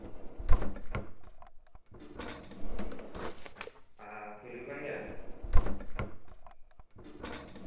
ᱠᱷᱮᱹᱞ ᱦᱩᱭᱩᱜ ᱠᱟᱱ ᱜᱮᱭᱟ